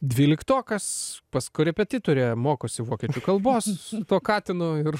dvyliktokas pas korepetitorę mokosi vokiečių kalbos to katino ir